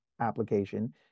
application